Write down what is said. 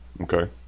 Okay